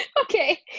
Okay